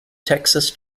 texas